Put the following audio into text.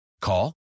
Call